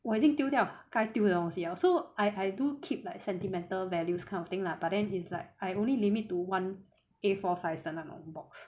我已经丢掉该丢的东西了 so I I do keep like sentimental values kind of thing lah but then is like I only limit to one A four size 的那种 box